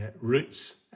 routes